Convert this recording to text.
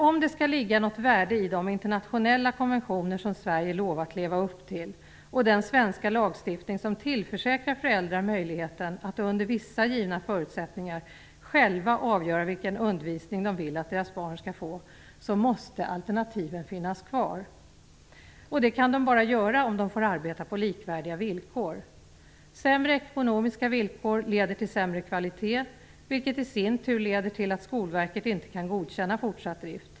Om det skall vara något värde med de internationella konventioner som Sverige lovat leva upp till och den svenska lagstiftning som tillförsäkrar föräldrar möjligheten att under vissa givna förutsättningar själva avgöra vilken undervisning de vill att deras barn skall få, så måste alternativen finnas kvar. Förutsättningen är då att de får arbeta på likvärdiga villkor. Sämre ekonomiska villkor leder till sämre kvalitet, vilket i sin tur leder till att Skolverket inte kan godkänna fortsatt verksamhet.